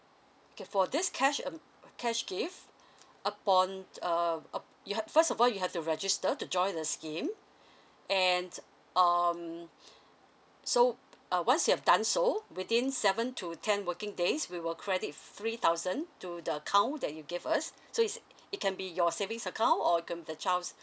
okay for this cash uh cash gift upon err up first of all you have to register to join the scheme and um so uh once you have done so within seven to ten working days we will credit three thousand to the account that you give us so is it can be your savings account or it can be the child's